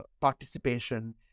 participation